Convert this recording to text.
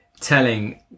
telling